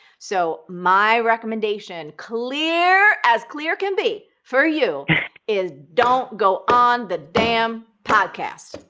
so my recommendation clear as clear can be for you is don't go on the damn podcast.